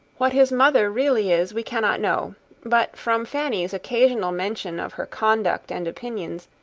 what his mother really is we cannot know but, from fanny's occasional mention of her conduct and opinions,